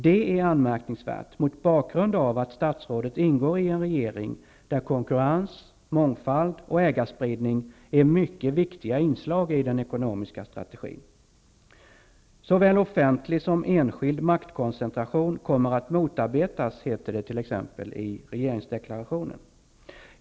Det är anmärkningsvärt mot bakgrund av att statsrådet ingår i en regering där konkurrens, mångfald och ägarspridning är mycket viktiga inslag i den ekonomiska strategin. ''Såväl offentlig som enskild maktkoncentration kommer att motarbetas'', heter det t.ex. i regeringsdeklarationen.